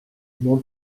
mon